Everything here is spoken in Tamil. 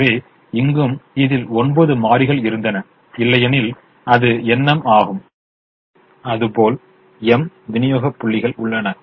எனவே இங்கு இதில் ஒன்பது மாறிகள் இருந்தன இல்லையெனில் அது mn ஆகும் அதுபோல் m விநியோக புள்ளிகள் உள்ளன